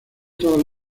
todas